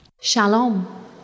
Shalom